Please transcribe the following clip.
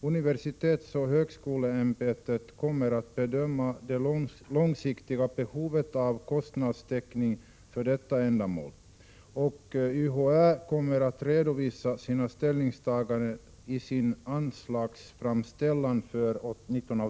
Universitetsoch högskoleämbetet kommer att bedöma det långsiktiga behovet av kostnadstäckning för detta ändamål och redovisa sina ställningstaganden i sin anslagsframställan för 1988/89.